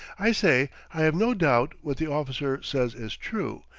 i say i have no doubt what the officer says is true,